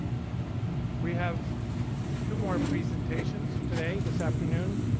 we have two more presentations today, this afternoon.